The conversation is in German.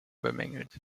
bemängelt